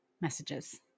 messages